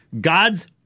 God's